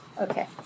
Okay